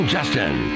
Justin